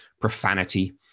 profanity